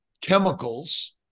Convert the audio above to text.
chemicals